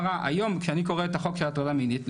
היום כשאני קורא את החוק של הטרדה מינית,